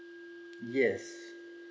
yes